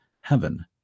heaven